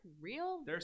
real